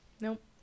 Nope